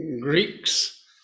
Greeks